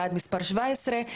יעד מספר 17,